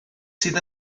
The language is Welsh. sydd